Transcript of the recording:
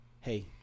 Hey